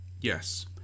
Yes